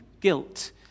guilt